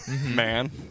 man